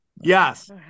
Yes